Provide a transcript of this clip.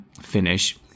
finish